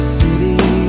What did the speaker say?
city